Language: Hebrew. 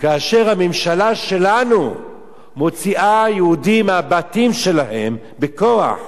כאשר הממשלה שלנו מוציאה יהודים מהבתים שלהם בכוח?